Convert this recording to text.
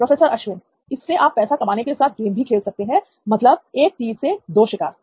professor Ashwin इससे आप पैसा कमाने के साथ गेम भी खेल सकते हैं मतलब एक तीर से दो शिकार